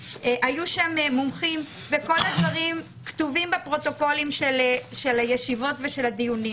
היו שם מומחים וכל הדברים כתובים בפרוטוקולים של הישיבות ושל הדיונים.